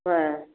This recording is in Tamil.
ஆ